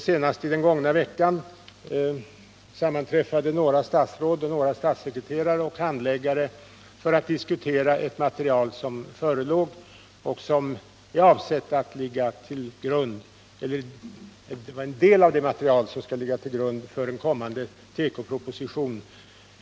Senast den gångna veckan sammanträffade några statsråd med statssekreterare och handläggare för att 109 diskutera det material som förelåg och som är en del av det material som skulle ligga till grund för en kommande tekoproposition.